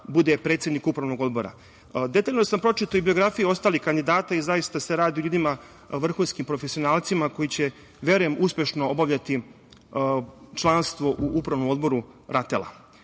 bude predsednik Upravnog odbora. Detaljno sam pročitao i biografije ostalih kandidata i zaista se radi o ljudima, vrhunskim profesionalcima koji će, verujem uspešno obavljati članstvo u Upravnom odboru